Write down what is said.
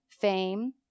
fame